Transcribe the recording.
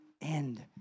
end